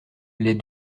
les